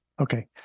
Okay